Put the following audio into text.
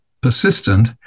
persistent